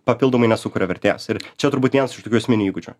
papildomai nesukuria vertės ir čia turbūt vienas iš tokių esminių įgūdžių